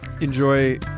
enjoy